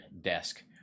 desk